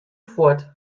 fuort